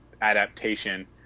adaptation